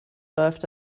läuft